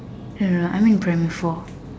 no no no I'm in primary four